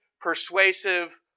persuasive